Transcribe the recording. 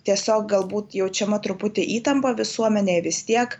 tiesiog galbūt jaučiama truputį įtampa visuomenėj vis tiek